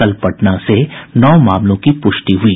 कल पटना से नौ मामलों की पुष्टि हुई